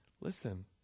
listen